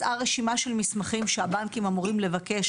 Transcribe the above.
יצאה רשימה אחידה של מסמכים שהבנקים אמורים לבקש